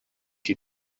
die